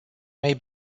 may